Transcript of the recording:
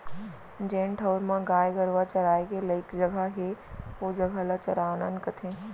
जेन ठउर म गाय गरूवा चराय के लइक जघा हे ओ जघा ल चरागन कथें